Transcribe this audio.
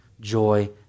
joy